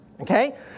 Okay